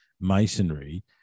masonry